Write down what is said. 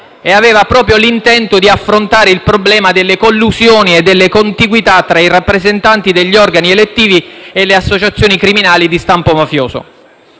e aveva proprio l'intento di affrontare il problema delle collusioni e delle contiguità tra i rappresentanti degli organi elettivi e le associazioni criminali di stampo mafioso.